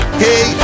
hey